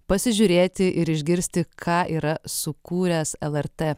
pasižiūrėti ir išgirsti ką yra sukūręs lrt